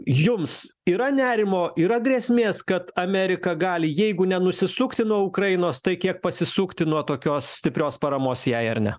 jums yra nerimo yra grėsmės kad amerika gali jeigu nenusisukti nuo ukrainos tai kiek pasisukti nuo tokios stiprios paramos jai ar ne